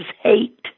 hate